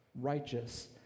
righteous